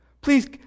Please